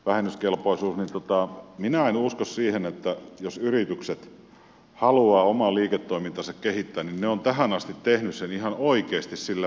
vähennyskelpoisia niin minä en usko siihen että jos yritykset haluavat omaa liiketoimintaansa kehittää niin ne ovat tähän asti tehneet sen ihan oikeasti sillä veronkevennyksellä